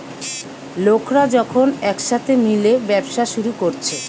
লোকরা যখন একসাথে মিলে ব্যবসা শুরু কোরছে